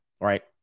right